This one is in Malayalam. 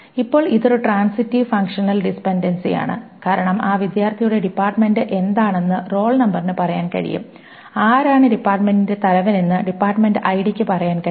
ഇപ്പോൾ ഇതൊരു ട്രാൻസിറ്റീവ് ഫങ്ഷണൽ ഡിപൻഡൻസിയാണ് കാരണം ആ വിദ്യാർത്ഥിയുടെ ഡിപ്പാർട്ട്മെന്റ് എന്താണെന്ന് റോൾ നമ്പറിന് പറയാൻ കഴിയും ആരാണ് ഡിപ്പാർട്ട്മെന്റിന്റെ തലവൻ എന്ന് ഡിപ്പാർട്ട്മെന്റ് ഐഡിക്ക് പറയാൻ കഴിയും